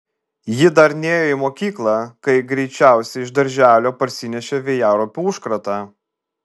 ji dar nėjo į mokyklą kai greičiausiai iš darželio parsinešė vėjaraupių užkratą